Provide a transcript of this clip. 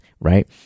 right